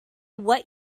what